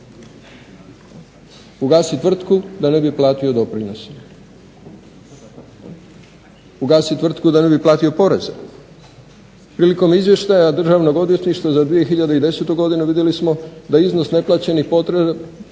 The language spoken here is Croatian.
Ugasi tvrtku da ne bi platio doprinos, ugasi tvrtku da ne bi platio poreze. Prilikom izvještaja Državnog odvjetništva za 2010. Godinu vidjeli smo da iznos neplaćenih poreza